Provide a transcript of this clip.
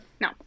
no